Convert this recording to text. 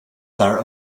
their